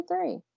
three